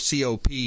COP